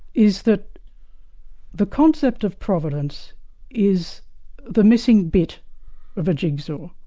is that the concept of providence is the missing bit of a jigsaw,